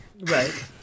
Right